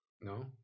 No